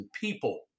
people